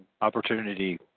opportunity